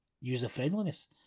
user-friendliness